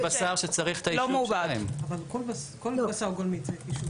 בתקנות שהן לפי הפקודה יש הגדרות של היתרים